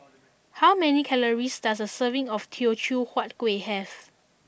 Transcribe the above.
how many calories does a serving of Teochew Huat Kueh have